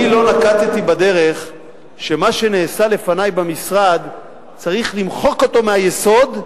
אני לא נקטתי את הדרך שמה שנעשה לפני במשרד צריך למחוק אותו מהיסוד,